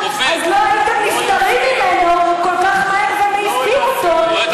אז לא הייתם נפטרים ממנו כל כך מהר ומעיפים אותו,